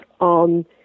on